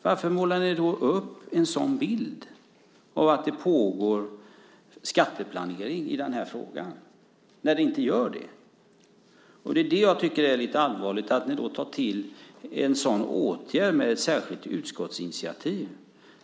Varför målar ni upp en bild av att det pågår skatteplanering i frågan när det inte gör det? Det jag tycker är allvarligt är att ni tar till åtgärden med ett särskilt utskottsinitiativ.